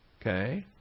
Okay